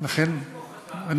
באסל גטאס.